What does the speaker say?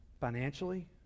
financially